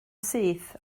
syth